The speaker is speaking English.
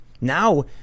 Now